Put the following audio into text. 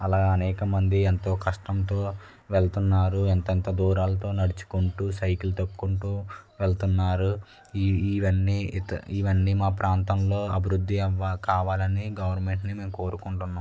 అలా అనేక మంది ఎంత కష్టంతో వెళుతున్నారు ఎంతెంత దూరాలతో నడుచుకుంటూ సైకిల్ తొక్కుకుంటూ వెళుతున్నారు ఇవన్నీ ఇవన్నీ మా ప్రాంతంలో అభివృద్ధి అవ్వ కావాలని గవర్నమెంట్ని మేము కోరుకుంటున్నాము